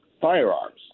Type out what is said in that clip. firearms